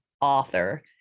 author